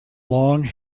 long